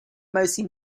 mostly